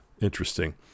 Interesting